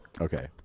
Okay